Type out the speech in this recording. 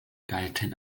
galten